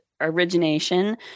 origination